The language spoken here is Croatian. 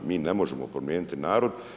Mi ne možemo promijeniti narod.